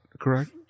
correct